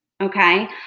okay